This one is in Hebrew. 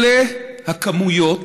אלה הכמויות